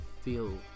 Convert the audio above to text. feel